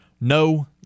No